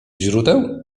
źródeł